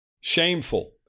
shameful